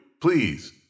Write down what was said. Please